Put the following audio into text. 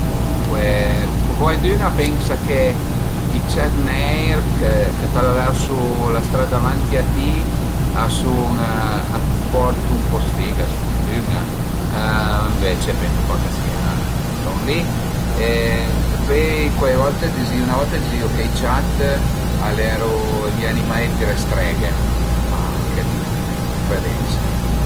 Duncue cuaidün a pensa che i ciat neir ch'a traversu la stra davanti a ti a sun, a t'portu ën po sfiga, sfurtün-a, ënvece pensu pa ch'a sìa lon li e pöi cuai volte a dizìu, 'na volta a dizìu che i ciat al eru i animai d'le streghe, ma anche li al e 'na credensa